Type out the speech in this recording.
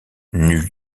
nul